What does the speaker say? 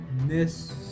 Miss